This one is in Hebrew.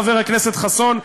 חבר הכנסת חסון,